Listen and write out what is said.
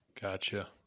Gotcha